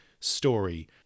Story